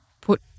put